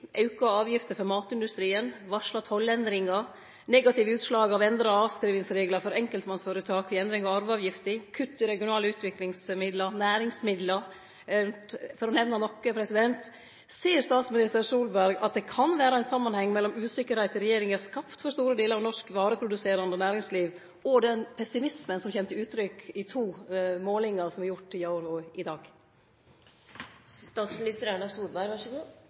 auka avgifter for matindustrien, varsla tollendringar, negative utslag av endra avskrivingsreglar for enkeltmannsføretak i endring av arveavgifta, kutt i regionale utviklingsmidlar og næringsmidlar, for å nemne noko – ser statsminister Solberg at det kan vere ein samanheng mellom den usikkerheita regjeringa har skapt for store delar av norsk vareproduserande næringsliv, og den pessimismen som kjem til uttrykk i to målingar som er gjorde i går og i